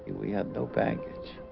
we had no baggage